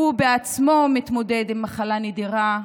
שהוא בעצמו מתמודד עם מחלה נדירה,